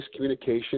miscommunication